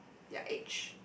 their age